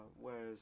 Whereas